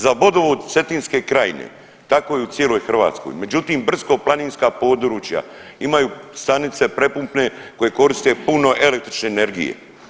Za vodovod Cetinske krajine tako i u cijeloj Hrvatskoj, međutim brdsko-planinska područja imaju stanice prekupne koje koriste puno električne energije.